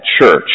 Church